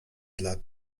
dla